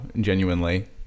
Genuinely